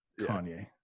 Kanye